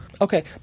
Okay